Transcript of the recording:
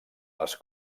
les